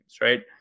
Right